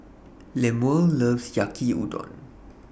Lemuel loves Yaki Udon